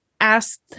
asked